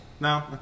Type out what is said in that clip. no